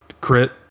crit